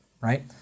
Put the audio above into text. Right